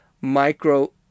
micro